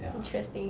interesting